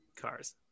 cars